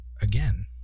again